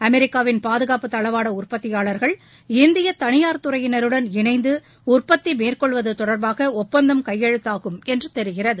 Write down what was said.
அமெரிக்காவின் பாதுகாப்பு தளவாட உற்பத்தியாளர்கள் இந்திய தனியார் துறையினருடன் இணைந்து உற்பத்தி மேற்கொள்வது தொடர்பாக ஒப்பந்தம் கையெழுத்தாகும் என்று தெரிகிறது